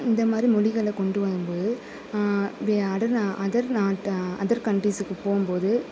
இந்த மாதிரி மொழிகளை கொண்டு வரும்போது வே அடு நான் அதர் நாட்டு அதர் கண்ட்ரீஸுக்கு போகும்போது